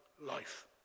life